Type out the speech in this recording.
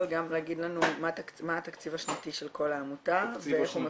גם להגיד לנו מה התקציב השנתי של כל העמותה ואיך הוא מחולק.